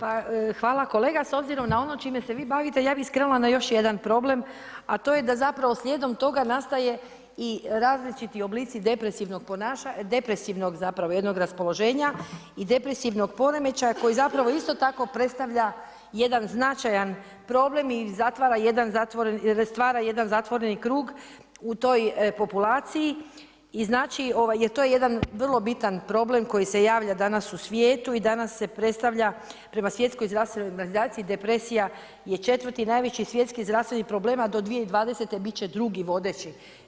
Pa hvala kolega, s obzirom na ono čime se vi bavite, ja bih skrenula na još jedan problem a to je da zapravo slijedom toga nastaje i različiti oblici depresivnog zapravo jednog raspoloženja, i depresivnog poremećaja koji zapravo isto tako predstavlja jedan značajan problem i stvara jedan zatvoreni krug u toj populaciji i znači, to je jedan vrlo bitan problem koji se javlja danas u svijetu i danas se predstavlja prema Svjetskoj zdravstvenoj organizaciji, depresija je četvrti najveći svjetski zdravstveni problem a do 2020. bit će drugi vodeći.